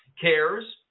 cares